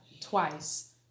twice